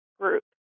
group